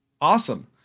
Awesome